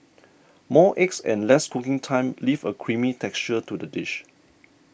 more eggs and less cooking time leave a creamy texture to the dish